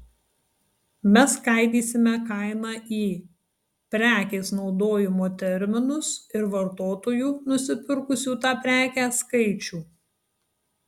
mes skaidysime kainą į prekės naudojimo terminus ir vartotojų nusipirkusių tą prekę skaičių